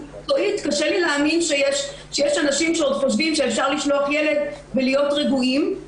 קשה לי להאמין שיש אנשים שעוד חושבים שאפשר לשלוח ילד ולהיות רגועים,